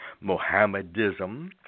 Mohammedism